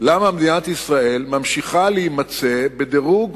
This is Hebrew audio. למה מדינת ישראל ממשיכה להימצא בדירוג